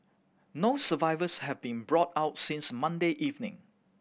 no survivors have been brought out since Monday evening